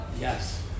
Yes